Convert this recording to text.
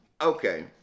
okay